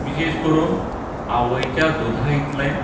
विशेश करून आवयच्या दूदा इतलें